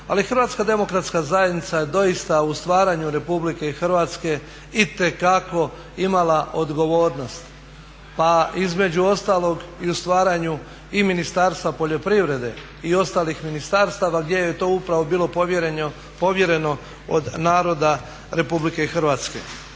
Ali Hrvatska demokratska zajednica je doista u stvaranju RH itekako imala odgovornost, pa između ostalog i u stvaranju i Ministarstva poljoprivrede i ostalih ministarstava gdje joj je to upravo bilo povjereno od naroda RH. Tko je